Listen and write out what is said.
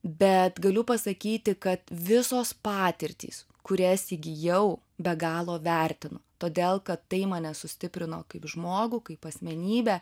bet galiu pasakyti kad visos patirtys kurias įgijau be galo vertinu todėl kad tai mane sustiprino kaip žmogų kaip asmenybę